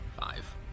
Five